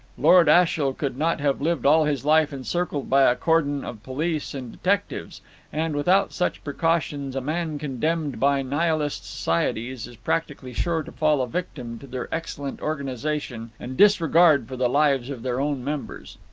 lord ashiel could not have lived all his life encircled by a cordon of police and detectives and, without such precautions, a man condemned by nihilist societies is practically sure to fall a victim to their excellent organization and disregard for the lives of their own members.